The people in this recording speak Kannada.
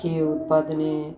ಅಕ್ಕಿ ಉತ್ಪಾದನೆ